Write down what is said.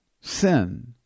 Sin